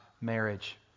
marriage